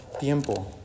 tiempo